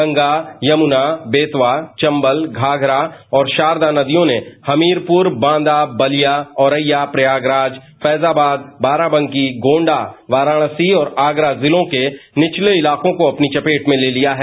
गंगा यमुना बेतवा चंबल घाषरा और शारदा नदियों ने हमीरपुर बांदा बलिया औरैया प्रयागराज फैजाबाद बाराबंकी गोंडा वाराणसी और आगरा जिलों के निचले इताकों को अपनी चपेट में ले लिया है